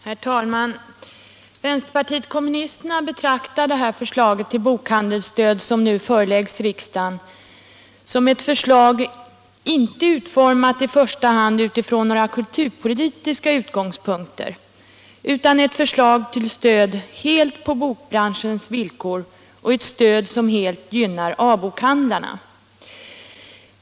Herr talman! Vänsterpartiet kommunisterna betraktar det förslag till bokhandelsstöd som nu föreläggs riksdagen som ett förslag som inte i första hand utformats från några kulturpolitiska utgångspunkter utan som ett förslag till stöd helt på bokbranschens villkor — ett stöd som helt gynnar A-bokhandlarna.